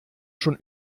schon